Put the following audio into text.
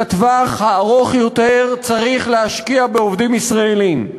לטווח הארוך יותר צריך להשקיע בעובדים ישראלים.